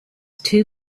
two